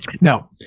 Now